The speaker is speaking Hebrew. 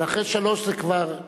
אבל אחרי שלוש זה כבר,